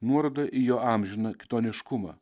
nuoroda į jo amžiną kitoniškumą